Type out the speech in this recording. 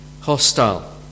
hostile